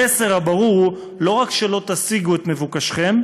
המסר הברור הוא: לא רק שלא תשיגו את מבוקשכם,